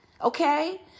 okay